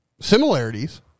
similarities